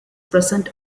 present